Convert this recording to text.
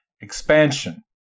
expansion